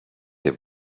they